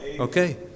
okay